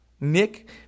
Nick